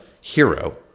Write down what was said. hero